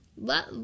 Love